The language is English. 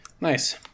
nice